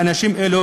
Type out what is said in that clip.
לאנשים אלו,